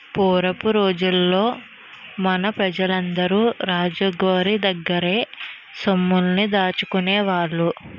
పూరపు రోజుల్లో మన పెజలందరూ రాజు గోరి దగ్గర్నే సొమ్ముల్ని దాసుకునేవాళ్ళు